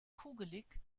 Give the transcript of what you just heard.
kugelig